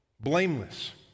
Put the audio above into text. blameless